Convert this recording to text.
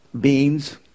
Beans